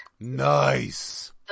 Nice